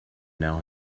now